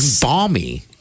balmy